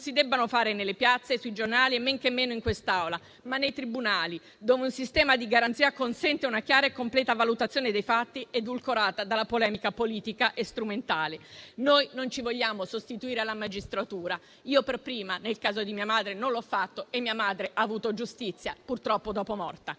si debbano fare nelle piazze e sui giornali e men che meno in quest'Aula, ma nei tribunali, dove un sistema di garanzia consente una chiara e completa valutazione dei fatti, edulcorata dalla polemica politica e strumentale. Noi non ci vogliamo sostituire alla magistratura. Io per prima, nel caso di mia madre, non l'ho fatto e mia madre ha avuto giustizia, purtroppo dopo essere